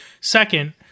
second